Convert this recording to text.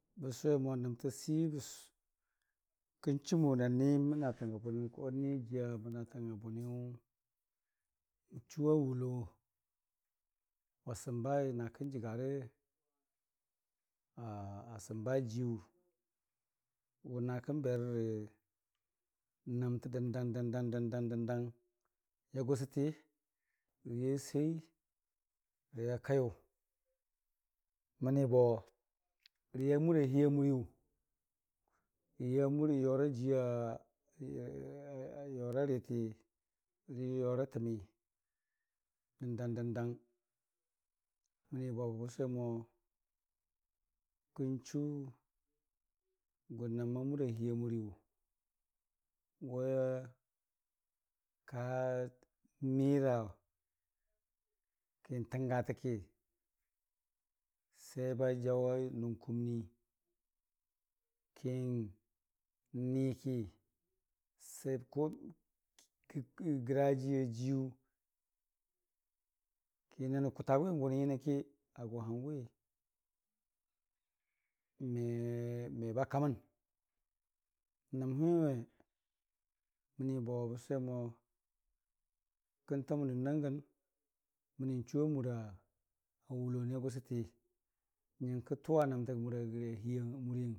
bən sʊwe mo nəmta siiyu kən chumʊwʊ na nimənatanga bʊwyʊ anijiiya mənatang a bʊwiyʊ nchuwa wula wasəmbai na kə jəgare aasəmbai ajiiyu wʊ naki n'berərə nəmtə dən dang dəng ya gʊsati rəya bei rəya akaiyʊ məni bo rəya mura hiiya muriiyu rəya mura yora jiiya muriiyu rəya mura yora jiiya yora riti rəyə yora tənii dəndang dəndang məni bo bən sʊwe mo kən chu gʊnəma murahii a muriiyu wʊka mira ki n'təngatəki bajaʊ a nʊng kumnii, ki n'niki grajii ajiiyu ki nanʊi kʊtagʊwi nən nyənəki agwa hangʊwi meba kamən, nəm waiwe məni bo bən sʊwemo kən tamən dundangən məni n'chuwa mura wulana gʊsəti nyəngkə tʊwa nəmta mura liigərəng.